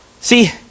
See